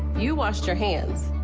you wash your hands.